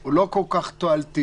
הוא לא כל כך תועלתי.